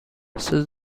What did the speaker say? says